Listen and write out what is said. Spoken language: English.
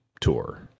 tour